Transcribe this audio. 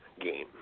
game